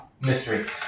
mystery